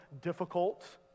difficult